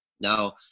Now